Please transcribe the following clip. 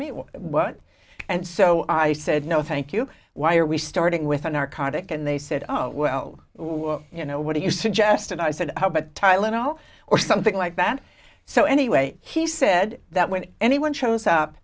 me what and so i said no thank you why are we starting with a narcotic and they said oh well you know what do you suggest and i said how about tylenol or something like that so anyway he said that when anyone shows up